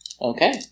Okay